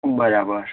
બરાબર